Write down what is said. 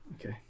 Okay